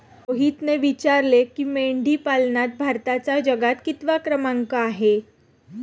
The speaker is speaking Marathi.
रोहितने विचारले की, मेंढीपालनात भारताचा जगात कितवा क्रमांक आहे?